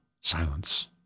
silence